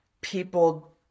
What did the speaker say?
people